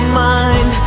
mind